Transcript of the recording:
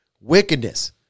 wickedness